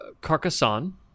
Carcassonne